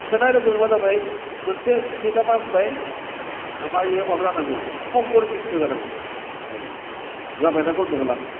सोनाय लोगो लोगो मा जाबाय मोनसे फैदामा होनबाय मा बियो माबा जानांगौ हंकर नित्र जानांगौ हाय जाबायना गनदगला